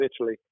Italy